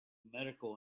medical